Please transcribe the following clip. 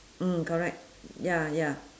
mm correct ya ya